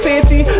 Fancy